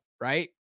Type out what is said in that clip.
right